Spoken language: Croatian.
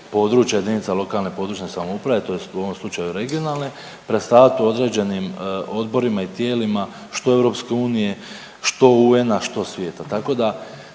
jedinica lokalne, područne samouprave, tj. u ovom slučaju regionalne predstavljat u određenim odborima i tijelima što EU, što UN-a, što svijeta tako da